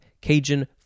cajun